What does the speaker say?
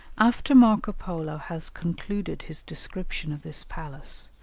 after marco polo has concluded his description of this palace,